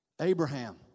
Abraham